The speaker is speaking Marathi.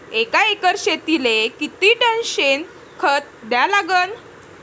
एका एकर शेतीले किती टन शेन खत द्या लागन?